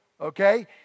Okay